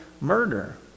murder